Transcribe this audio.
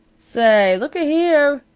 say looka here!